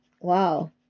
Wow